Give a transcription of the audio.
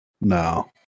No